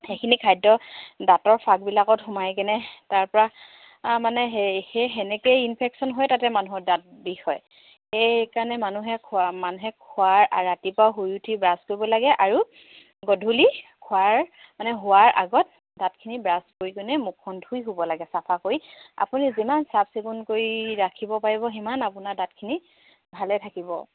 সেইখিনি খাদ্য দাঁতৰ ফাকবিলাকত সোমাই কিনে তাৰপৰা মানে সেই সেই সেনেকৈয়ে ইনফেকশ্যন হয় তাতে মানুহৰ দাঁত বিষ হয় সেইকাৰণে মানুহে খোৱা মানুহে খোৱাৰ ৰাতিপুৱা শুই উঠি ব্ৰাছ কৰিব লাগে আৰু গধূলি খোৱাৰ মানে শুৱাৰ আগত দাঁতখিনি ব্ৰাছ কৰি কিনে মুখ ধুই হ'ব লাগে চাফা কৰি আপুনি যিমান চাফ চিকুণ কৰি ৰাখিব পাৰিব সিমান আপোনাৰ দাঁতখিনি ভালে থাকিব